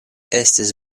estis